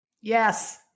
Yes